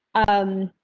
um,